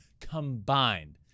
combined